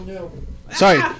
Sorry